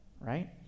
right